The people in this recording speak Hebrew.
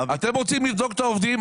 אתם רוצים לבדוק את העובדים,